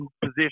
position